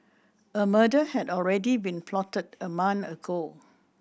a murder had already been plotted a month ago